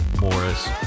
Morris